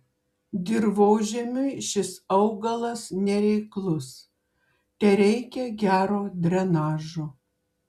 dirvožemiui šis augalas nereiklus tereikia gero drenažo